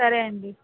సరే అండీ